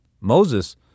Moses